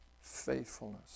faithfulness